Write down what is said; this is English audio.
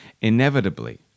inevitably